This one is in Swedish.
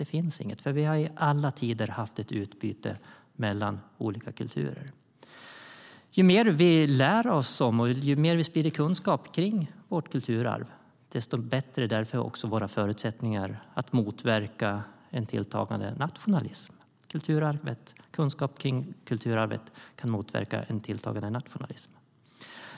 Det finns inget, för vi har i alla tider haft ett utbyte mellan olika kulturer. Ju mer vi lär oss om och sprider kunskap om vårt kulturarv, desto bättre blir våra förutsättningar att motverka en tilltagande nationalism. Kunskap om kulturarvet kan motverka en tilltagande nationalism.